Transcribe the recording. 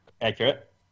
Accurate